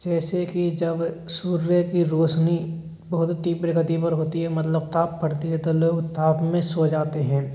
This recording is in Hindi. जैसे कि जब सूर्य की रोशनी बहुत तीव्र गति पर होती है मतलब ताप पड़ती है तो लोग ताप में सो जाते हैं